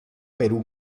perú